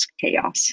chaos